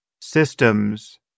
systems